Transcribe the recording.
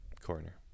corner